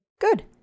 Good